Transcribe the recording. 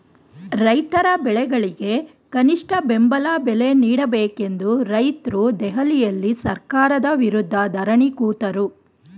ರೈತರ ಬೆಳೆಗಳಿಗೆ ಕನಿಷ್ಠ ಬೆಂಬಲ ಬೆಲೆ ನೀಡಬೇಕೆಂದು ರೈತ್ರು ದೆಹಲಿಯಲ್ಲಿ ಸರ್ಕಾರದ ವಿರುದ್ಧ ಧರಣಿ ಕೂತರು